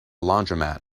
laundromat